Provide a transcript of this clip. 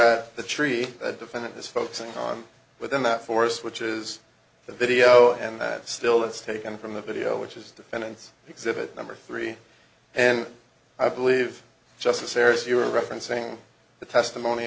at the tree a defendant this focusing on within that force which is the video and that still is taken from the video which is defendant's exhibit number three and i believe justice harris you are referencing the testimony